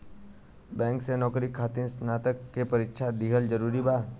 Bank में नौकरी खातिर स्नातक के परीक्षा दिहल जरूरी बा?